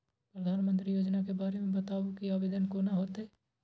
प्रधानमंत्री योजना के बारे मे बताबु की आवेदन कोना हेतै?